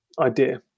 idea